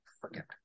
forget